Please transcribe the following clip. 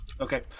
Okay